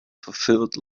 fulfilled